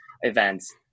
events